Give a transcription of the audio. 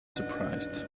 surprised